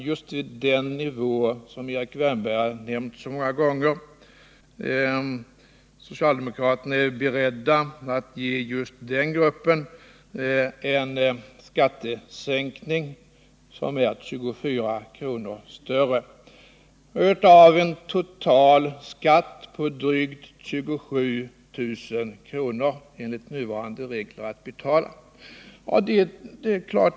Just vid denna nivå, som Erik Wärnberg har nämnt så många gånger, är socialdemokraterna alltså beredda att ge en skattesänkning som är 24 kr. större, av en total skatt enligt nuvarande regler på drygt 27 000 kr.